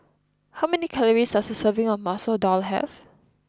how many calories does a serving of Masoor Dal have